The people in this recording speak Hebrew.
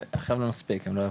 עכשיו לא נספיק הם לא יבואו,